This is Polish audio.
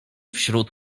wśród